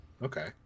Okay